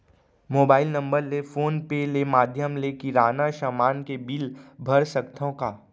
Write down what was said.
Mobile number ले PhonePe ले माधयम ले किराना समान के बिल भर सकथव का?